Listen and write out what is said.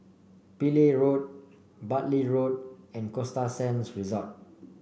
Pillai Road Bartley Road and Costa Sands Resort